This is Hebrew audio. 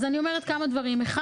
לכן אני אומרת כמה דברים: א',